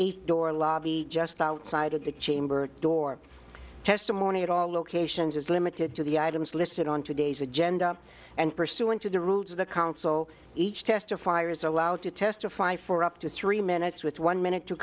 out the door lobby just outside of the chamber door testimony at all locations is limited to the items listed on today's agenda and pursuant to the rules of the counsel each testifiers allowed to testify for up to three minutes with one minute to